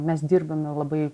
mes dirbame labai